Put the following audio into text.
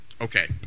Okay